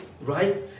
right